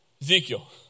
Ezekiel